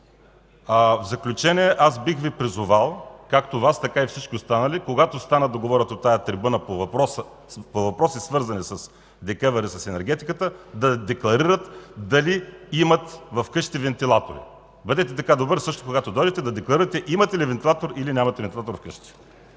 В заключение, бих Ви призовал както Вас, така и всички останали, когато станат да говорят от тази трибуна по въпроси, свързани с ДКЕВР и с енергетиката, да декларират дали имат вкъщи вентилатори. Бъдете така добър също, когато дойдете, да декларирате имате ли вентилатор, или нямате вентилатор в къщи.